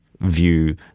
view